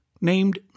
named